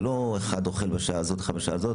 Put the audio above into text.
זה לא שאחד אוכל בשעה מסוימת והשנה בשעה אחרת.